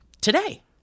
Today